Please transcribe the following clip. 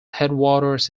headwaters